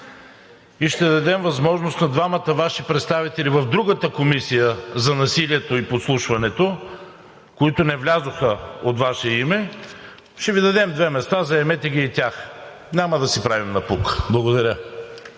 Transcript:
и ще дадем възможност на двамата Ваши представители в другата комисия – за насилието и подслушването, които не влязоха от Ваше име, ще Ви дадем две места, заемете ги и тях. Няма да си правим напук. Благодаря.